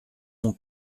mon